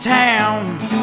towns